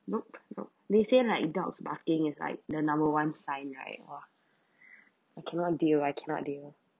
nope nope they say like dogs barking is like the number one sign right !wah! I cannot deal I cannot deal